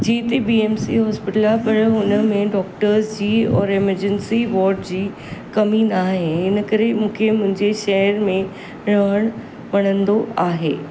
जिते B M C hospital आहे हुनमें डॉक्टर्स जी और एमरजेंसी वॉड जी कमी न आहे हिन करे मूंखे मुंहिंजे शहर में रहण वणंदो आहे